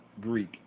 Greek